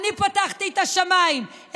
אני פתחתי את השמיים.